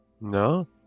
No